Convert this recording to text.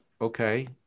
okay